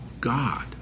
God